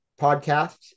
podcasts